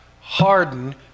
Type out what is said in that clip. harden